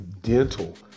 dental